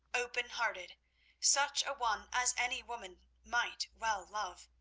open-hearted such a one as any woman might well love.